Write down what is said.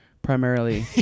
Primarily